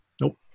Nope